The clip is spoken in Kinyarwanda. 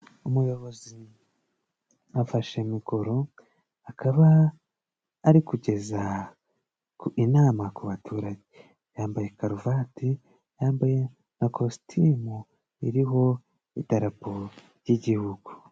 Umuyobozi afashe mikoro, akaba ari kugeza ku inama ku baturage, yambaye karuvati yambaye na kositimu iriho idarapo ry'Igihugu.